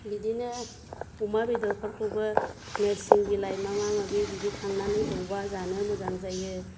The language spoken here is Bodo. बिदिनो अमा बेदरफोरखौबो नोरसिं बिलाइ माबा माबि बिदि खांनानै एवबा जानो मोजां जायो